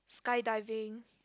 sky diving